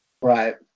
right